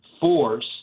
force